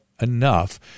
enough